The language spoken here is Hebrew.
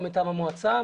לא מטעם המועצה,